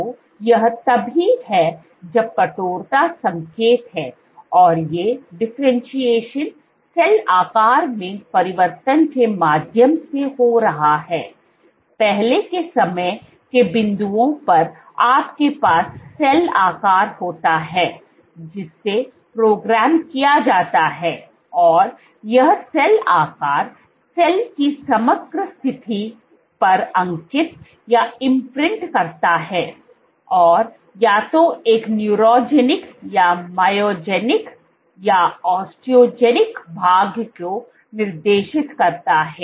तो यह तब भी है जब कठोरता संकेत है और ये डिफरेंटशिएशन सेल आकार में परिवर्तन के माध्यम से हो रहा है पहले के समय के बिंदुओं पर आपके पास सेल आकार होता है जिसे प्रोग्राम किया जाता है और यह सेल आकार सेल की समग्र स्थिति पर अंकित करता है और या तो एक न्यूरोजेनिक या मायोजेनिक या ओस्टोजेनिक भाग्य को निर्देशित करता है